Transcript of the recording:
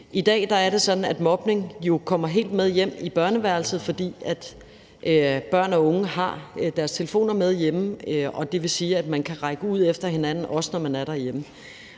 I dag er det sådan, at mobning jo kommer med hjem og helt ind i børneværelset, fordi børn og unge har telefonen med sig, og det vil sige, at man kan række ud efter hinanden, også når man er derhjemme.